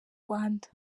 rwanda